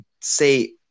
say